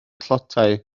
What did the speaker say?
tlotai